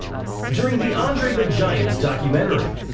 during the andre the giant documentary